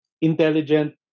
intelligent